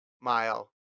mile